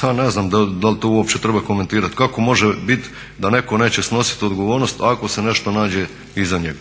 ha ne znam da li to uopće treba komentirati. Kako može bit da netko neće snosit odgovornost ako se nešto nađe iza njega,